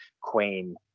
queen